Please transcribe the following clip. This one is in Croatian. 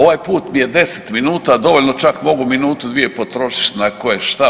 Ovaj put mi je 10 minuta dovoljno, čak mogu minutu dvije potrošit na koješta.